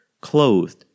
clothed